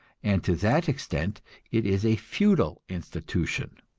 and to that extent it is a feudal institution.